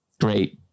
Great